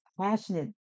passionate